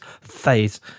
face